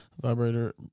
Vibrator